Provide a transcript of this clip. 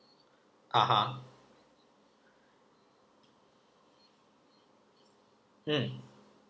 ah ha mm